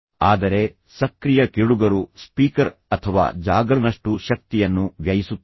ಆದರೆ ಸಕ್ರಿಯ ಕೇಳುಗರು ಸ್ಪೀಕರ್ ಅಥವಾ ಜಾಗರ್ನಷ್ಟು ಶಕ್ತಿಯನ್ನು ವ್ಯಯಿಸುತ್ತಾರೆ